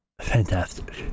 fantastic